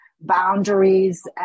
boundaries